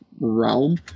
realm